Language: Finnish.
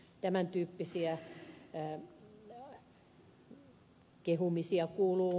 tämän tyyppisiä kehumisia kuuluu muualtakin